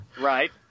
right